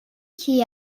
qui